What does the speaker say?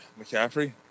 McCaffrey